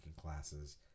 classes